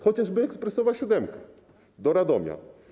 Chociażby ekspresowa siódemka do Radomia.